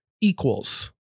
equals